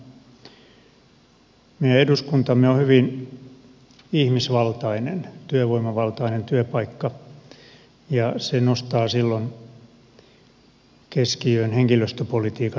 meidän eduskuntamme on hyvin ihmisvaltainen työvoimavaltainen työpaikka ja se nostaa silloin keskiöön henkilöstöpolitiikan tärkeyden